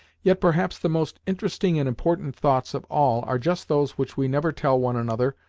yet perhaps the most interesting and important thoughts of all are just those which we never tell one another,